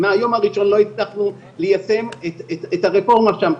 מהיום הראשון לא הצלחנו ליישם את הרפורמה שם.